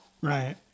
Right